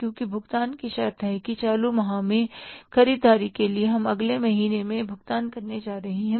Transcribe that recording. क्योंकि भुगतान की शर्त है कि चालू माह में ख़रीददारी के लिए हम अगले महीने में भुगतान करने जा रहे हैं